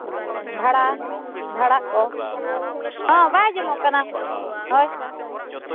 ᱵᱷᱟᱲᱟ ᱵᱷᱟᱲᱟ ᱠᱚ ᱦᱮᱸ ᱵᱟᱭ ᱟᱸᱡᱚᱢᱚᱜ ᱠᱟᱱᱟ ᱦᱳᱭ